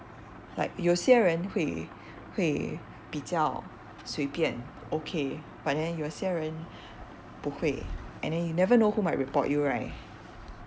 like 有些人会会比较随便 okay but then 有些人不会 and then you never know who might report you right